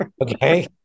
Okay